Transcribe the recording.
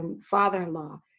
father-in-law